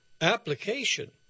application